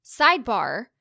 Sidebar